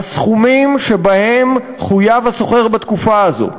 הסכומים שבהם חויב השוכר בתקופה הזאת,